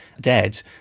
dead